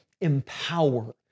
empower